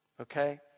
Okay